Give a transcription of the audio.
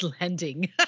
Landing